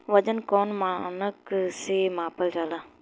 वजन कौन मानक से मापल जाला?